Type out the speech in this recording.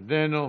איננו.